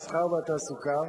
המסחר והתעסוקה,